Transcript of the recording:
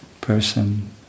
person